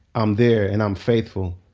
i'm there and i'm faithful